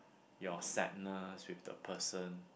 your sadness with the person